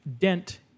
dent